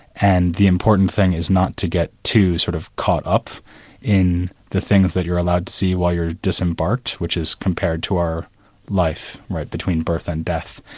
and the important thing is not to get too sort of caught up in the things that you're allowed to see while you're disembarked, which is compared to our life between birth and death,